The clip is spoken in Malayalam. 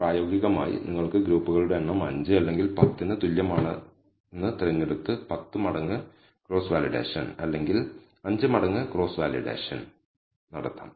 പ്രായോഗികമായി നിങ്ങൾക്ക് ഗ്രൂപ്പുകളുടെ എണ്ണം 5 അല്ലെങ്കിൽ 10 ന് തുല്യമാണെന്ന് തിരഞ്ഞെടുത്ത് 10 മടങ്ങ് ക്രോസ് വാലിഡേഷൻ അല്ലെങ്കിൽ 5 മടങ്ങ് ക്രോസ് വാലിഡേഷൻ നടത്താം